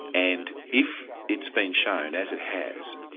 and if it's been shown, as it has,